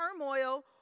turmoil